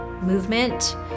movement